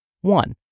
One